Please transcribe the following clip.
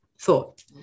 thought